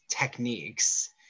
techniques